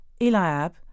Eliab